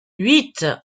huit